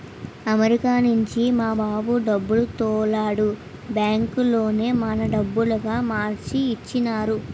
America నుంచి మా బాబు డబ్బులు తోలాడు బ్యాంకులోనే మన డబ్బులుగా మార్చి ఇచ్చినారు